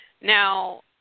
Now